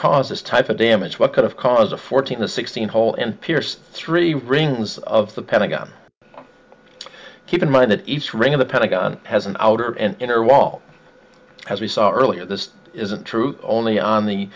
caused this type of damage what could have caused a fourteen to sixteen hole in pierce three rings of the pentagon keep in mind that each ring of the pentagon has an outer and inner wall as we saw earlier this isn't true only on the